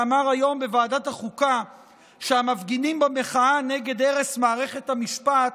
שאמר היום בוועדת החוקה שהמפגינים במחאה נגד הרס מערכת המשפט